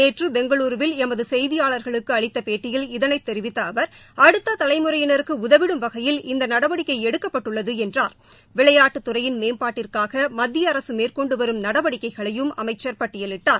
நேற்று பெங்களுரில் எமது செய்தியாளா்களுக்கு அளித்த பேட்டியில் இதனை தெரிவித்த அவா் அடுத்த தலைமுறையினருக்கு உதவிடும் வகையில் இந்த நடவடிக்கை எடுக்கப்பட்டுள்ளது என்றார் விளையாட்டு துறையின் மேம்பாட்டிற்காக மத்திய அரசு மேற்கொண்டு வரும் நடடிக்கைகளையும் அமைச்சர் பட்டியலிட்டார்